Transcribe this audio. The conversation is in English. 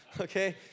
okay